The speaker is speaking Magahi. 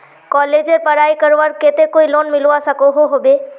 कॉलेजेर पढ़ाई करवार केते कोई लोन मिलवा सकोहो होबे?